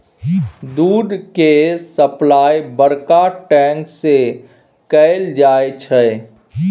दूध केर सप्लाई बड़का टैंक सँ कएल जाई छै